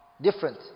Different